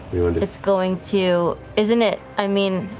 it's going to isn't it i mean,